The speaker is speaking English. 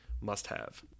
must-have